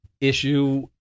issue